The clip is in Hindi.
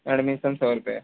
एडमिसन सौ रुपये